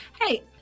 hey